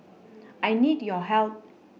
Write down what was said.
I need your help